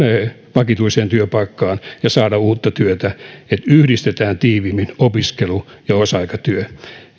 vakituiseen työpaikkaan ja saada uutta työtä eli yhdistetään tiiviimmin opiskelu ja osa aikatyö